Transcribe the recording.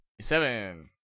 Seven